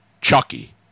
Chucky